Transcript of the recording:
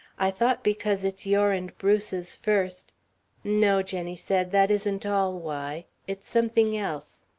i thought because it's your and bruce's first no, jenny said, that isn't all why. it's something else.